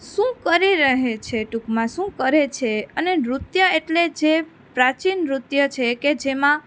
શું કરી રહે છે ટૂંકમાં શું કરે છે અને નૃત્ય એટલે જે પ્રાચીન નૃત્ય છે કે જેમાં